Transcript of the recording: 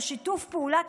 בשיתוף פעולה,